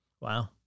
Wow